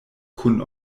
kun